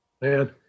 Man